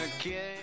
again